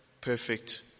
perfect